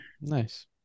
Nice